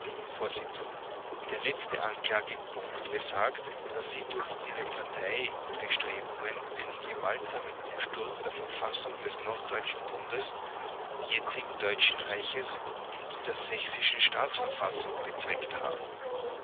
vors der letzte anklagepunkt besagt daß sie durch ihre parteibestrebungen einen gewaltsamen umsturz der verfassung des norddeutschen bundes jetzigen deutschen reiches und der sächsischen staatsverfassung bezweckt haben